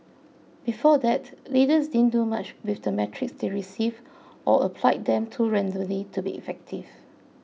before that leaders didn't do much with the metrics they received or applied them too randomly to be effective